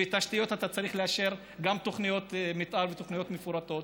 ולתשתיות אתה צריך לאשר גם תוכניות מתאר ותוכניות מפורטות.